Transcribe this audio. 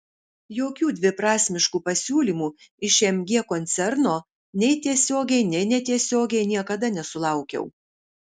jokių dviprasmiškų pasiūlymų iš mg koncerno nei tiesiogiai nei netiesiogiai niekada nesulaukiau